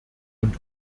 und